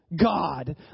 God